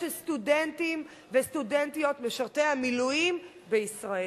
של סטודנטים וסטודנטיות משרתי המילואים בישראל.